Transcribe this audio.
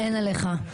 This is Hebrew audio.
אין עליך.